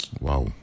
wow